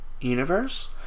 universe